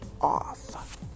off